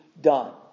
done